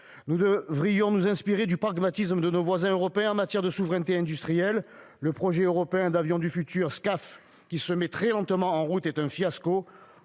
Nous devrions nous inspirer du pragmatisme de nos voisins européens en matière de souveraineté industrielle. Le projet européen d'avion du futur Scaf, qui se met très lentement en route, est un fiasco.